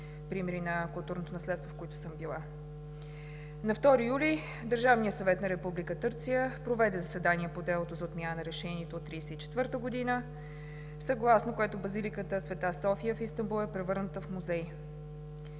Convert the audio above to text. примери на културното наследство, в които съм била. На 2 юли 2020 г. Държавният съвет на Република Турция проведе заседание по делото за отмяна на Решението от 1934 г., съгласно което Базиликата „Света София“ в Истанбул е превърната в музей.